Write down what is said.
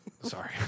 Sorry